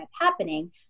happening